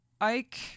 Ike